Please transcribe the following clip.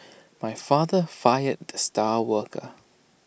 my father fired the star worker